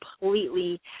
completely